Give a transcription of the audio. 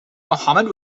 mohammad